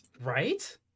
right